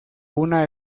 una